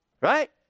Right